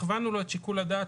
הכוונו לו את שיקול הדעת,